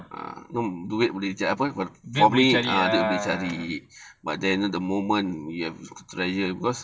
duit boleh cari